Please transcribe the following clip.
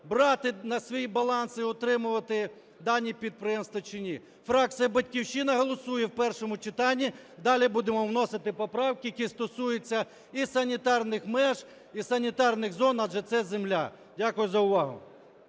брати на свій баланс і утримувати дані підприємства, чи ні. Фракція "Батьківщина" голосує в першому читанні, далі будемо вносити поправки, які стосуються і санітарних меж, і санітарних зон, адже це земля. Дякую за увагу.